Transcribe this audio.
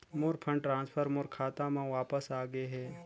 मोर fund transfer मोर खाता म वापस आ गे हे